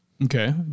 okay